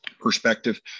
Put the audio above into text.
Perspective